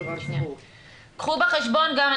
קחו בחשבון גם,